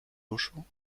uszu